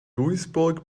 duisburg